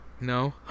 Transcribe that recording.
No